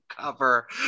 cover